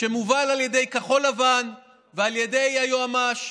שמובל על ידי כחול לבן ועל ידי היועמ"ש.